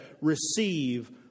Receive